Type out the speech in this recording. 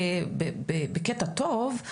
בקטע טוב,